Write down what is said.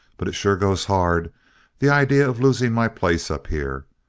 but it sure goes hard the idea of losing my place up here.